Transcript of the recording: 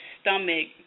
stomach